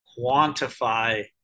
quantify